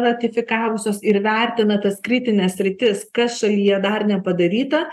ratifikavusios ir vertina tas kritines sritis kas šalyje dar nepadaryta